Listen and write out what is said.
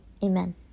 Amen